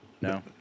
No